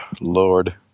Lord